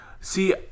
See